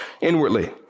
inwardly